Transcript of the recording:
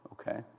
okay